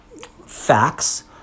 facts